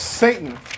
Satan